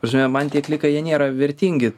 ta prasme man tie klikai jie nėra vertingi